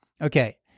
okay